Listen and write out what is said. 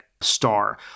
star